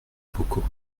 bocaux